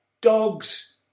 dogs